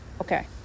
Okay